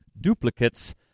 duplicates